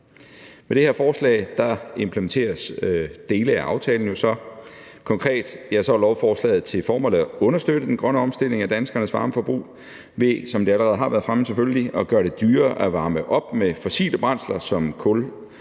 Med det her forslag implementeres dele af aftalen. Konkret har lovforslaget til formål at understøtte den grønne omstilling af danskernes varmeforbrug ved, som det allerede har været fremme, at gøre det dyrere at varme op med fossile brændsler som kul